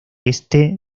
este